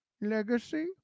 legacy